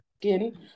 skin